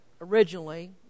originally